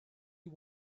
you